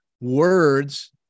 words